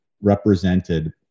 represented